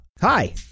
Hi